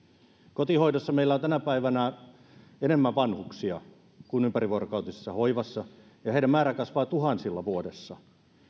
kotihoidossa meillä on tänä päivänä enemmän vanhuksia kuin ympärivuorokautisessa hoivassa ja heidän määränsä kasvaa tuhansilla vuodessa